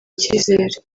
icyizere